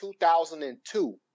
2002